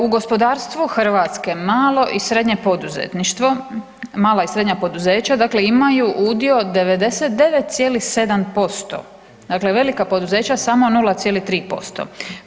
U gospodarstvu Hrvatske malo i srednje poduzetništvo, mala i srednja poduzeća, dakle imaju udio 99,7%, dakle velika poduzeća samo 0,3%